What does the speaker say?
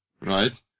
Right